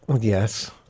Yes